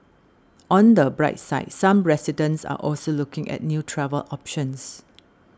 on the bright side some residents are also looking at new travel options